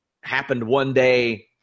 happened-one-day